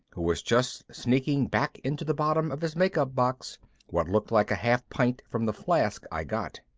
who was just sneaking back into the bottom of his makeup box what looked like a half pint from the flask i got.